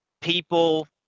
people